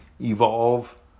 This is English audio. Evolve